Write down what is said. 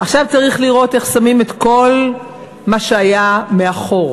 עכשיו צריך לראות איך שמים את כל מה שהיה מאחור.